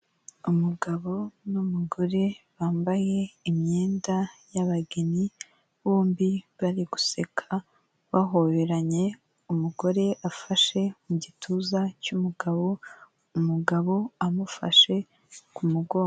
Umugabo n'umugore bambaye imyenda y'abageni, bombi bari guseka bahoberanye, umugore afashe mu gituza cy'umugabo, umugabo amufashe ku mugongo.